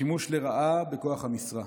כשימוש לרעה בכוח המשרה,